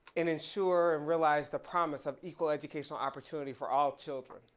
and ensure and realize the promise of equal educational opportunity for all children.